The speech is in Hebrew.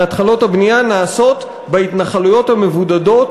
מהתחלות הבנייה נעשות בהתנחלויות המבודדות